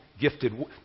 gifted